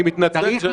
אני מתנצל.